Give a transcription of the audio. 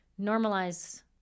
normalize